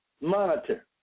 monitor